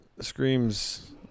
screams